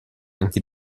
anche